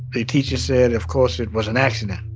the teacher said, of course, it was an accident.